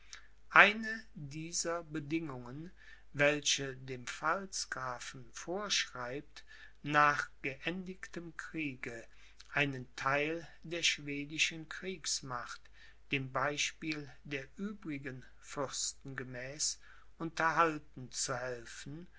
eine dieser bedingungen welche dem pfalzgrafen vorschreibt nach geendigtem kriege einen theil der schwedischen kriegsmacht dem beispiel der übrigen fürsten gemäß unterhalten zu helfen